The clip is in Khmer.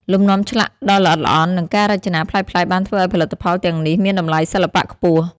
លំនាំឆ្លាក់ដ៏ល្អិតល្អន់ និងការរចនាប្លែកៗបានធ្វើឱ្យផលិតផលទាំងនេះមានតម្លៃសិល្បៈខ្ពស់។